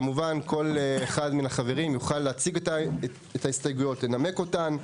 כמובן שכל אחד מהחברים יוכל להציג את ההסתייגויות ולנמק אותן,